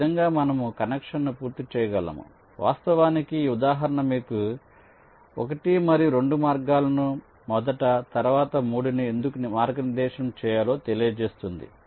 ఈ విధంగా మనము కనెక్షన్ను పూర్తి చేయగలము వాస్తవానికి ఈ ఉదాహరణ మీకు 1 మరియు 2 మార్గాలను మొదట తర్వాత 3 ని ఎందుకు మార్గనిర్దేశం చేయాలో తెలియజేస్తుంది